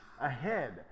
ahead